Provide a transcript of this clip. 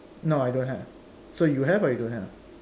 no I don't have so you have or you don't have